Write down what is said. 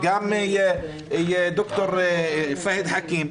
גם ד"ר פאיד חכים.